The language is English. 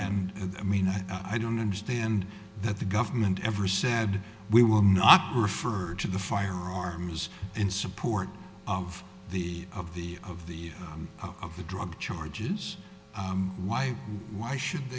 and i mean i i don't understand that the government ever said we will not refer to the firearms in support of the of the of the of the drug charges why why should